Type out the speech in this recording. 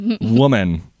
woman